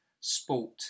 sport